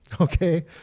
okay